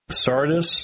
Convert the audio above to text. sardis